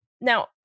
Now